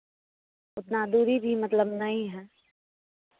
उतना दूरी भी मतलब नहीं है